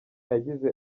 yagize